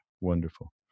wonderful